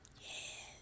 Yes